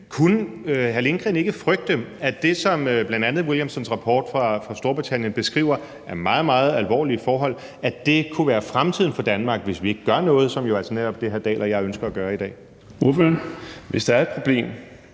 Kunne hr. Stinus Lindgreen ikke frygte, at det, som bl.a. Williamsons rapport fra Storbritannien beskriver af meget, meget alvorlige forhold, kunne være fremtiden for Danmark, hvis vi ikke gør noget, som jo altså netop er det, hr. Henrik Dahl og jeg ønsker at gøre i dag? Kl. 13:42 Den fg.